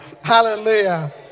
Hallelujah